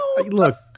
look